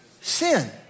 sin